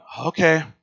Okay